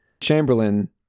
Chamberlain